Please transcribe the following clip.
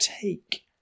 take